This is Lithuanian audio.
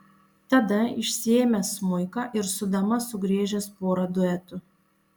tada išsiėmęs smuiką ir su dama sugriežęs porą duetų